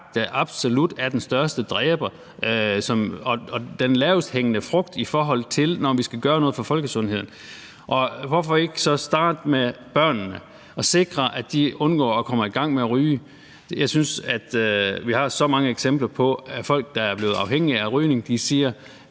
der absolut er den største dræber og den lavest hængende frugt, når vi skal gøre noget for folkesundheden, og hvorfor så ikke starte med børnene og sikre, at de undgår at komme i gang med at ryge? Jeg synes, at vi har så mange eksempler på, at folk, der er blevet afhængige af rygning, siger: